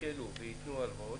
יקלו וייתנו הלוואות,